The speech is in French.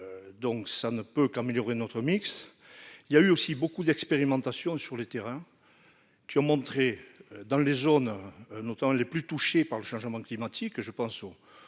donc ça ne peut qu'améliorer notre mix il y a eu aussi beaucoup d'expérimentations sur le terrain qui ont montré dans les zones, notamment les plus touchés par le changement climatique, je pense au